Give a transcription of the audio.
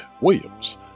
Williams